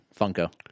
Funko